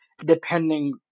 depending